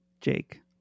Jake